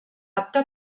apte